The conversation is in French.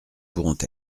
pourront